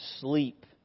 sleep